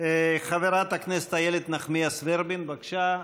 חברת הכנסת איילת נחמיאס ורבין, בבקשה,